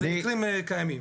אלו מקרים קיימים.